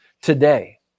today